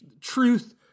truth